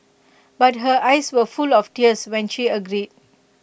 but her eyes were full of tears when she agreed